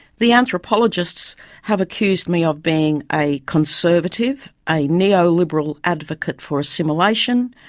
the anthropologists have accused me of being a conservative, a neoliberal advocate for assimilation,